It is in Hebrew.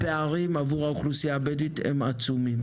הפערים עבור האוכלוסייה הבדואית הם עצומים,